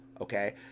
okay